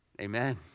amen